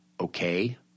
okay